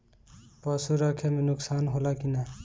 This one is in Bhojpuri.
पशु रखे मे नुकसान होला कि न?